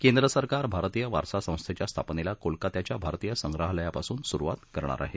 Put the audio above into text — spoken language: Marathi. केंद्र सरकार भारतीय वारसा संस्थेच्या स्थापनेला कोलकात्याच्या भारतीय संग्रहालयापासून सुरुवात करणार आहे